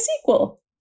sequel